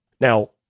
Now